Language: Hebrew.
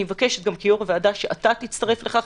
אני מבקשת שכיושב-ראש הוועדה גם אתה תצטרף לכך,